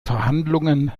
verhandlungen